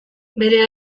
bere